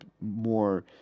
more